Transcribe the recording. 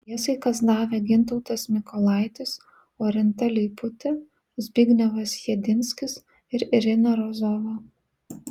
priesaikas davė gintautas mikolaitis orinta leiputė zbignevas jedinskis ir irina rozova